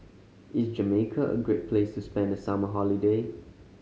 is Jamaica a great place to spend the summer holiday